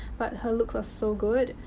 but her looks are so good.